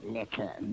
little